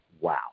wow